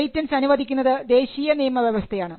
patents അനുവദിക്കുന്നതു ദേശീയ നിയമവ്യവസ്ഥയാണ്